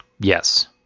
Yes